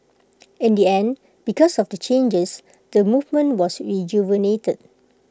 in the end because of the changes the movement was rejuvenated